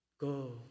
go